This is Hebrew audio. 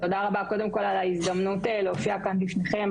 תודה רבה קודם כל על ההזדמנות להופיע כאן בפניכם,